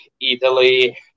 Italy